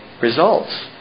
results